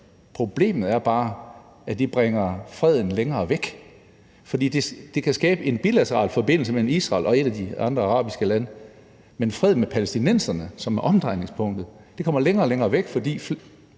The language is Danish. Problemet er bare, at det bringer freden længere væk, for det kan skabe en bilateral forbindelse mellem Israel og et af de andre arabiske lande, men fred med palæstinenserne, som er omdrejningspunktet, kommer længere og længere væk, for